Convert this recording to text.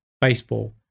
baseball